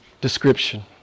description